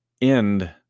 end